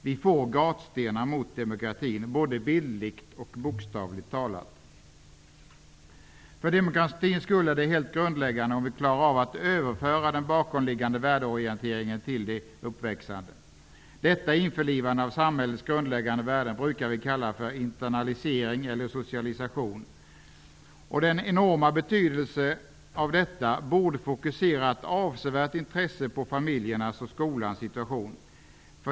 Vi får gatstenar mot demokratin, både bildligt och bokstavligen. För demokratins skull är det helt grundläggande om vi klarar av att överföra den bakomliggande värdeorienteringen till de uppväxande. Detta införlivande av samhällets grundläggande värden brukar vi kalla för internalisering eller socialisation. Den enorma betydelsen av detta borde fokusera ett avsevärt intresse på familjernas och skolans situation.